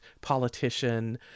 politician